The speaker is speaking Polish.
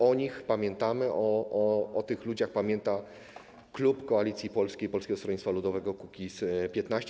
O nich pamiętamy, o tych ludziach pamięta klub Koalicji Polskiej - Polskiego Stronnictwa Ludowego - Kukiz15.